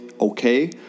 okay